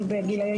משפט,